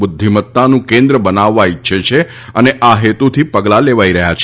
બુધ્ધિમતાનું કેન્દ્ર બનાવવા ઇચ્છે છે અને આ હેતુથી પગલાં લેવાઈ રહ્યા છે